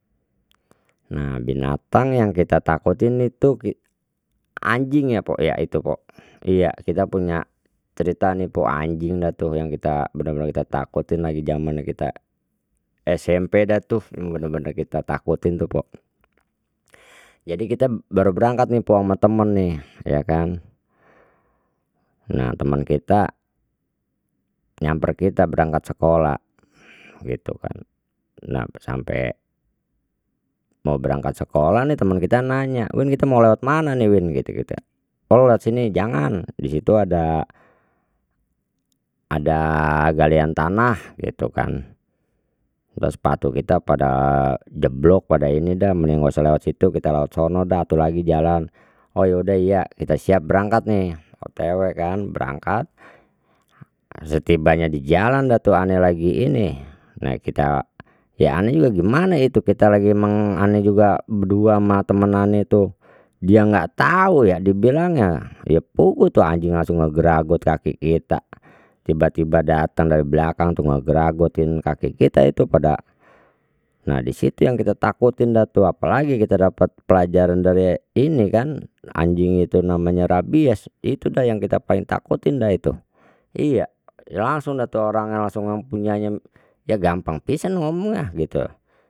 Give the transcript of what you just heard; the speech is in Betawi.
Nah binatang yang kita takutin itu anjing ya pok ya itu pok iya kita punya cerita nih pok anjing dah tu yang kita benar benar kita takutin lagi zaman kita SMP dah tu benar benar kita takutin tuh pok, jadi kita baru berangkat nih pok ama temen nih ya kan, nah teman kita nyamper kita berangkat sekolah gitu kan, nah sampai mau berangkat sekolah nih teman kita nanya win kita mau lewat mana nih win gitu kita oh lu lewat sini jangan di situ ada ada galian tanah gitu kan, udah sepatu kita pada jeblok pada ini dah mending enggak usah lewat situ kita lewat sono satu lagi jalan, oh ya udah iya kita siap berangkat nih otw kan berangkat, setibanya di jalan dah tu ane lagi ini nah kita ya ane juga gimana itu kita lagi ane juga berdua ma teman ane itu dia enggak tahu ya dibilangnya ya puguh tuh anjing langsung ngeragot kaki kita tiba tiba datang dari belakang tuh ngeragotin kaki kita itu pada nah di situ yang kita takutin hah tu, apalagi kita dapat pelajaran dari ini kan anjing itu namanya rabies itu dah yang kita paling takutin deh itu iya langsung dah tu orangnya langsung mempunyai ya gampang pisang ngomongnya gitu.